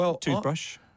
Toothbrush